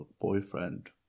boyfriend